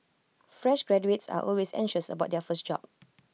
fresh graduates are always anxious about their first job